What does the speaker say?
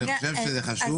אני חושב שזה חשוב,